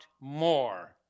more